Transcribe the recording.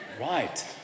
Right